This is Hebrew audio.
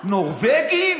נורבגים?